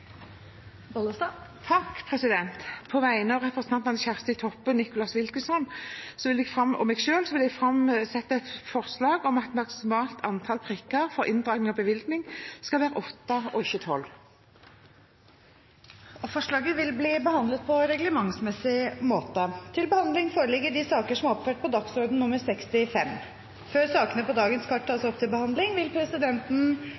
På vegne av representantene Kjersti Toppe, Nicholas Wilkinson og meg selv vil jeg framsette et forslag om at maksimalt antall prikker før inndragning av bevilling skal være åtte, ikke tolv. Forslaget vil bli behandlet på reglementsmessig måte. Før sakene på dagens kart tas opp til behandling, vil presidenten opplyse om at møtet om nødvendig fortsetter utover kl. 16, til dagens kart